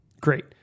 Great